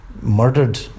murdered